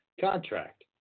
contract